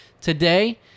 today